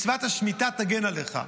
מצוות השמיטה תגן עליך.